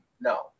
No